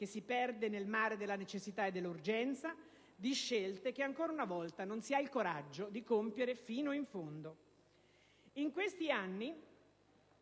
che si perde nel mare della necessità e dell'urgenza di scelte che ancora una volta non si ha il coraggio di compiere fino in fondo.